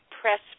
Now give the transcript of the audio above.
press